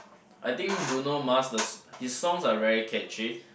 I think Bruno-Mars thus his songs are really catchy